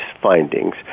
findings